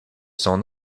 son